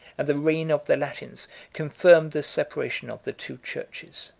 and the reign of the latins confirmed the separation of the two churches.